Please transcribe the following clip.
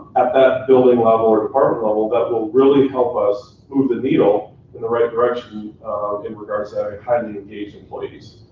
at that building level or part level that will really help us move the deal in the right direction in regards to having kind of engaged employees.